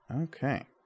Okay